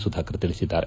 ಸುಧಾಕರ್ ತಿಳಿಸಿದ್ದಾರೆ